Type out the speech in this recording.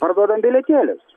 arba bent bilietėlius